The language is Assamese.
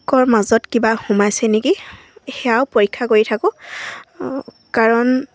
কৰ মাজত কিবা সোমাইছে নেকি সেয়াও পৰীক্ষা কৰি থাকোঁ কাৰণ